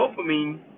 dopamine